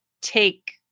take